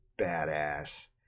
badass